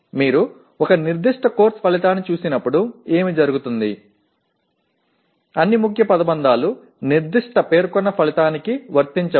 மற்றும் ஒரு குறிப்பிட்ட பாடநெறி விளைவைப் பார்க்கும்போது என்ன நடக்கும் அனைத்து முக்கிய சொற்றொடர்களும் குறிப்பிட்ட முடிவுக்கு பொருந்தாது